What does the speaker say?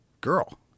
girl